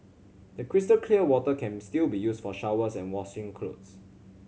the crystal clear water can still be used for showers and washing clothes